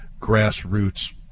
grassroots